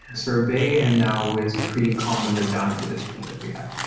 sorbet and now is pretty commonly done with a tooling that we have.